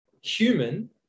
human